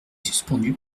suspendue